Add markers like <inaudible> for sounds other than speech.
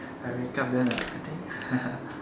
I wake up then I think <laughs>